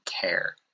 care